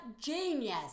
genius